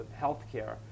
healthcare